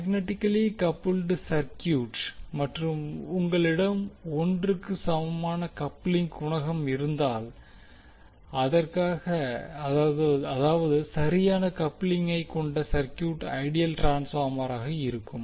magnetically coupled circuit மற்றும் உங்களிடம் ஒன்றுக்கு சமமான கப்லிங் குணகம் இருந்தால் அதாவது சரியான கப்லிங்கை கொண்ட சர்க்யூட் ஐடியல் ட்ரான்ஸ்பார்மராக இருக்கும்